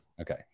Okay